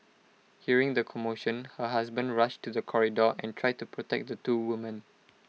hearing the commotion her husband rushed to the corridor and tried to protect the two women